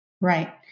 Right